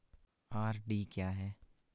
RD क्या है?